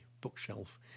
bookshelf